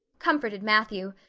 comforted matthew,